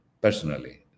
personally